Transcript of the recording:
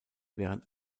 während